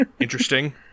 interesting